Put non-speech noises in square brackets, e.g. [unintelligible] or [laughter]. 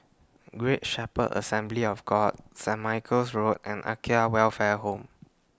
Great Shepherd Assembly of God Saint Michael's Road and [unintelligible] Welfare Home